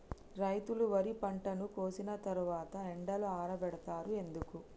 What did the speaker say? రైతులు వరి పంటను కోసిన తర్వాత ఎండలో ఆరబెడుతరు ఎందుకు?